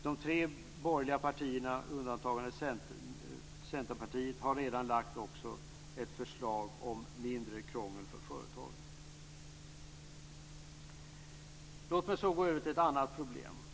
De tre borgerliga partierna, med undantag av Centerpartiet, har redan väckt ett förslag om mindre krångel för företagen. Låt mig sedan gå över till ett annat problem.